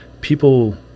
People